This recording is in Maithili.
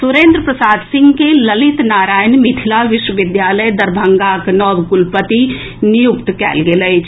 सुरेंद्र प्रसाद सिंह के ललित नारायण मिथिला विश्वविद्यालय दरभंगाक नव कुलपति नियुक्त कएल गेल अछि